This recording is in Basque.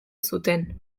zuten